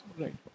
Right